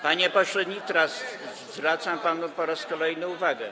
Panie pośle Nitras, zwracam panu po raz kolejny uwagę.